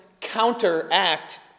Counteract